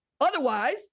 Otherwise